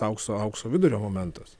aukso aukso vidurio momentas